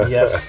Yes